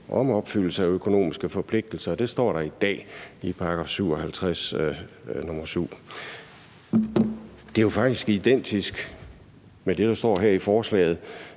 om opfyldelse af økonomiske forpligtelser. Det står der i dag i § 57, nr. 7. Det er jo faktisk identisk med det, der står her i forslaget